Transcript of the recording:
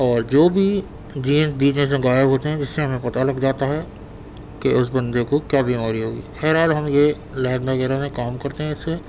اور جو بھی جین بیچ میں سے غائب ہوتے ہیں جس سے ہمیں پتہ لگ جاتا ہے کہ اس بندے کو کیا بیماری ہوگی خیر حال ہم یہ لیب وغیرہ میں کام کرتے ہیں اس میں